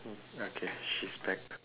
oh okay she's back